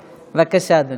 בבקשה, אדוני.